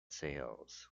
sales